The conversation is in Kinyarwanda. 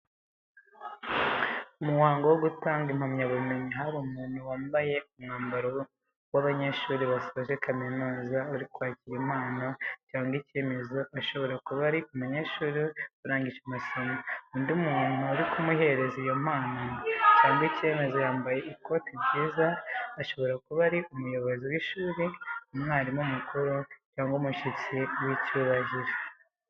Umuhango wo gutanga impamyabumenyi, hari umuntu wambaye umwambaro w'abanyeshuri basoje kaminuza uri kwakira impano cyangwa icyemezo, ashobora kuba ari umunyeshuri urangije amasomo. Undi muntu uri kumuhereza iyo mpano cyangwa icyemezo yambaye ikote ryiza, ashobora kuba ari umuyobozi w’ishuri, umwarimu mukuru, cyangwa umushyitsi w’icyubahiro.